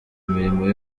imirimo